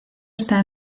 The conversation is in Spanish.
está